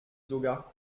sogar